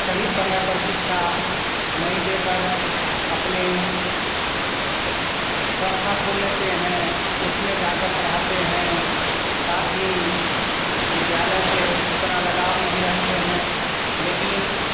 सही समय पर शिक्षा नहीं देकर अपने संस्था खोल लेते हैं उसमें जाकर पढ़ाते हैं साथ ही विद्यालय से उतना लगाव नहीं रखते हैं लेकिन